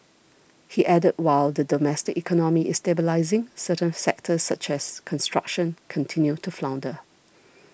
he added while the domestic economy is stabilising certain sectors such as construction continue to flounder